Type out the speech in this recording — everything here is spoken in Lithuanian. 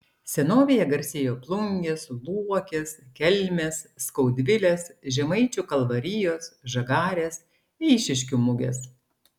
senovėje garsėjo plungės luokės kelmės skaudvilės žemaičių kalvarijos žagarės eišiškių mugės